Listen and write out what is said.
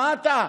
מה אתה,